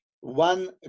One